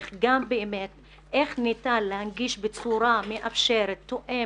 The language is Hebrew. איך ניתן להנגיש בצורה מאפשרת, תואמת,